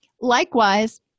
likewise